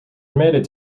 admitted